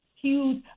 huge